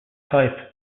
type